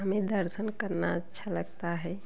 हमें दर्शन करना अच्छा लगता है